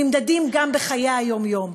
נמדדים גם בחיי היום-יום,